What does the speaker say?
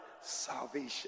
salvation